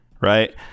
right